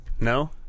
No